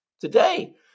today